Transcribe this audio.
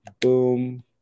Boom